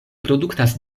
produktas